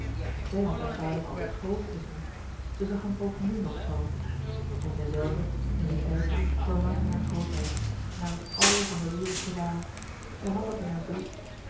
zij had haar vader altijd groot gezien zij zag hem ook nu nog zoo en zijzelve in dien tijd verlangde naar grootheid naar het àl van de wereldsche waan zij had dat in haar bloed